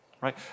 right